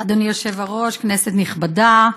אדוני היושב-ראש, כנסת נכבדה,